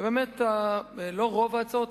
ובאמת לא רוב ההצעות,